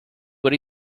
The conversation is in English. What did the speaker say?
what